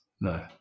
No